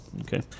Okay